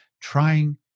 trying